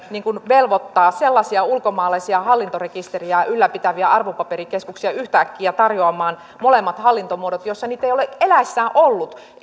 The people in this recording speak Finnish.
velvoittaa sellaisia ulkomaalaisia hallintarekistereitä ylläpitäviä arvopaperikeskuksia yhtäkkiä tarjoamaan molemmat hallintomuodot joissa niitä ei ole eläessään ollut